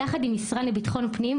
יחד עם המשרד לביטחון פנים,